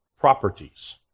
properties